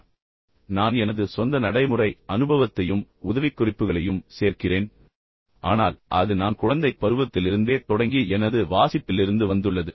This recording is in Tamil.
நிச்சயமாக நான் எனது சொந்த நடைமுறை அனுபவத்தையும் நடைமுறை உதவிக்குறிப்புகளையும் சேர்க்கிறேன் ஆனால் அது பெரும்பாலும் நான் குழந்தைப் பருவத்திலிருந்தே தொடங்கிய எனது வாசிப்பிலிருந்து வந்துள்ளது